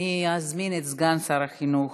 אני אזמין את סגן שר החינוך,